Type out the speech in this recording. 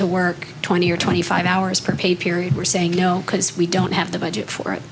to work twenty or twenty five hours per pay period we're saying no because we don't have the budget for